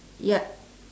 ya